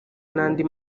n’andi